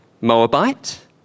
Moabite